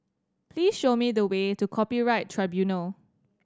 please show me the way to Copyright Tribunal